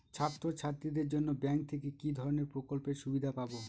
ছাত্রছাত্রীদের জন্য ব্যাঙ্ক থেকে কি ধরণের প্রকল্পের সুবিধে পাবো?